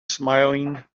smiling